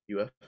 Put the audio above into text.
UF